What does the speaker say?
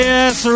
Yes